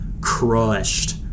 crushed